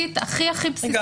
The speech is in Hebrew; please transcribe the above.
יסודית הכי בסיסית שיש.